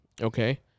okay